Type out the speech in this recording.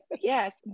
Yes